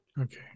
Okay